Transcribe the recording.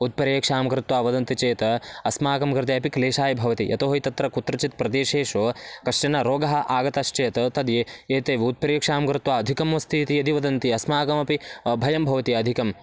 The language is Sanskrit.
उत्प्रेक्षां कृत्वा वदन्ति चेत् अस्माकं कृते अपि क्लेशाय भवति यतो हि तत्र कुत्रचित् प्रदेशेषु कश्चन रोगः आगतश्चेत् तद् एते एते उत्प्रेक्षां कृत्वा अधिकम् अस्ति इति यदि वदन्ति अस्माकमपि भयं भवति अधिकम्